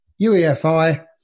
UEFI